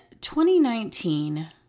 2019